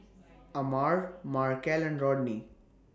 Amare Markel and Rodney